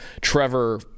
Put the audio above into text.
trevor